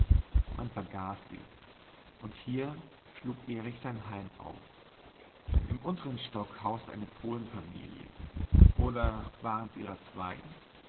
man vergaß sie und hier schlug erich sein heim auf im unteren stock hauste eine polenfamilie oder waren's ihrer zwei